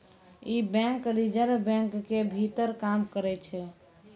इ bank reserve बैंको के भीतर काम करै छै